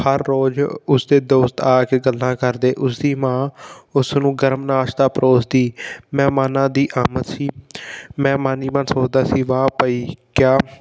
ਹਰ ਰੋਜ਼ ਉਸਦੇ ਦੋਸਤ ਆ ਕੇ ਗੱਲਾਂ ਕਰਦੇ ਉਸ ਦੀ ਮਾਂ ਉਸ ਨੂੰ ਗਰਮ ਨਾਸ਼ਤਾ ਪਰੋਸਦੀ ਮਹਿਮਾਨਾਂ ਦੀ ਆਮਦ ਸੀ ਮੈਂ ਮਨ ਹੀ ਮਨ ਸੋਚਦਾ ਸੀ ਵਾਹ ਭਈ ਕਿਆ